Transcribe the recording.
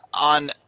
On